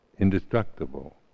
indestructible